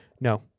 no